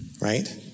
right